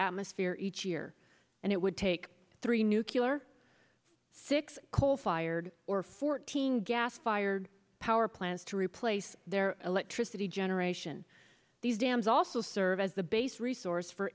atmosphere each year and it would take three nucular six coal fired or fourteen gas fired power plants to replace their electricity generation these dams also serve as the base resource for